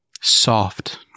soft